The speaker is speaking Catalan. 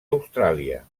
austràlia